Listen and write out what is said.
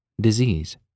Disease